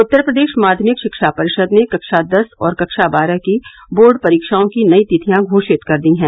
उत्तर प्रदेश माध्यमिक शिक्षा परिषद् ने कक्षा दस और कक्षा बारह की बोर्ड परीक्षाओं की नई तिथियां घोषित कर दी हैं